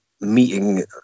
meeting